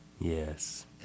Yes